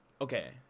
Okay